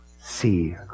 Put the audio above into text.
see